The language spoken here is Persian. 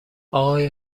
آقای